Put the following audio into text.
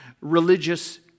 religious